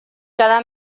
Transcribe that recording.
cada